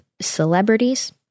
celebrities—